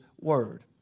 Word